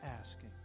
asking